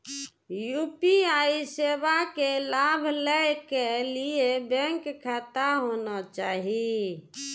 UPI सेवा के लाभ लै के लिए बैंक खाता होना चाहि?